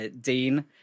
Dean